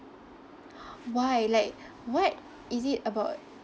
why like what is it about